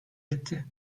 etti